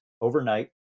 overnight